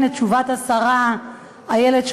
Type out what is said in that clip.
נא לתת לשרה להשיב.